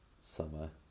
summer